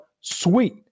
sweet